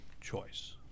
choice